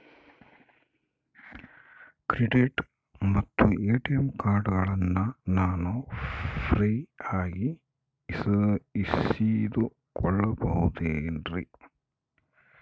Credit ಮತ್ತ ATM ಕಾರ್ಡಗಳನ್ನ ನಾನು ಫ್ರೇಯಾಗಿ ಇಸಿದುಕೊಳ್ಳಬಹುದೇನ್ರಿ?